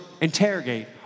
interrogate